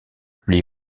lui